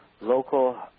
Local